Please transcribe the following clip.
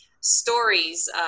stories